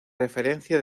referencia